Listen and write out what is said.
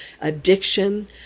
addiction